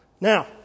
Now